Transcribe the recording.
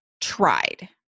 tried